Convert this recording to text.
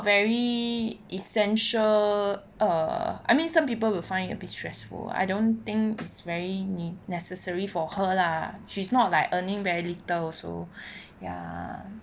very essential err I mean some people will find a bit stressful I don't think it's very necessary for her lah she's not like earning very little also ya